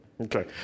Okay